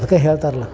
ಅದ್ಕೆ ಹೇಳ್ತಾರಲ್ಲ